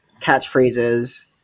catchphrases